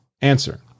Answer